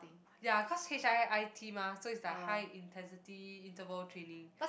ya cause h_i_i_t mah so it's like high intensity interval training